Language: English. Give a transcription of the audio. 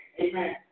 Amen